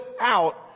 out